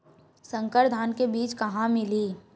संकर धान के बीज कहां मिलही?